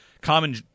Common